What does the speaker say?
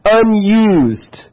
unused